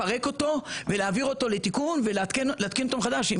להעביר אותו לתיקון ולהתקין אותו מחדש.